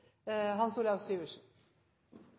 Hans Olav Syversen,